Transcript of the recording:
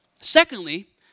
Secondly